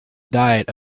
diet